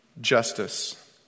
justice